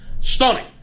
Stunning